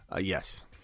Yes